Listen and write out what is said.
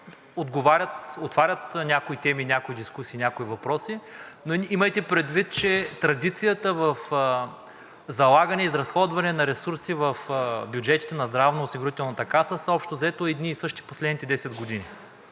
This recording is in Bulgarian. отварят някои теми, някои дискусии, някои въпроси. Имайте предвид, че традицията в залагане и изразходване на ресурси в бюджетите на Здравноосигурителната каса общо взето са едни и същи през последните 10 години.